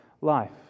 life